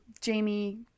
Jamie